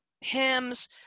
hymns